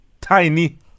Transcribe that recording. Tiny